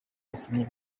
basomyi